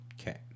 okay